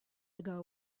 ago